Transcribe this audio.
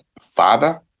father